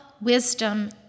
wisdom